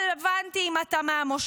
לא רלוונטי אם אתה מהמושב,